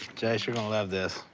jase, you're gonna love this.